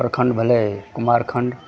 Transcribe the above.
प्रखण्ड भेलय कुमारखण्ड